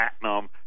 platinum